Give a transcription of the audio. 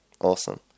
awesome